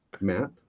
Matt